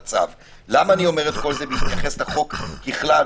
למה אני אומר את זה בהתייחס לחוק ככלל,